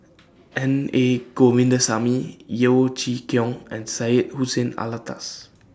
N A Govindasamy Yeo Chee Kiong and Syed Hussein Alatas